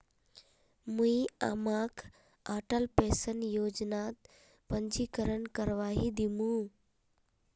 मुई अम्माक अटल पेंशन योजनात पंजीकरण करवइ दिमु